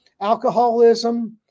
alcoholism